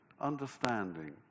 understanding